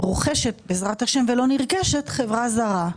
רוכשת בעזרת השם ולא נרכשת חברה זרה.